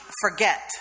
forget